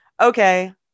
Okay